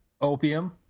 Opium